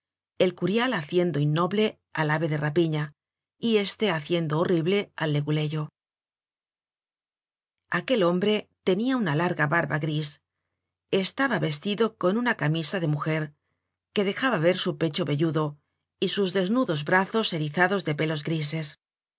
el curial haciendo innoble al ave de rapiña y este haciendo horrible al leguleyo aquel hombre tenia una larga barba gris estaba vestido con una camisa de mujer que dejaba ver su pecho velludo y sus desnudos brazos erizados de pelos grises